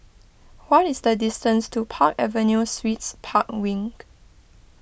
what is the distance to Park Avenue Suites Park Wing